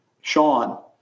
Sean